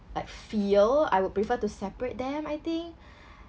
like feel I would prefer to separate them I think